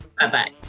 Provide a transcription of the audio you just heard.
Bye-bye